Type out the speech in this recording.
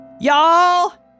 Y'all